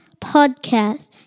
podcast